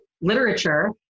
literature